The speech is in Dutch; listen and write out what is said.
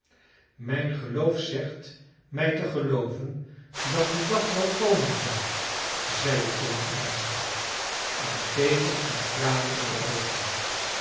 mijn geloof zegt mij te gelooven dat die dag wel komen zal zeide tom ernstig en tevens met tranen in de oogen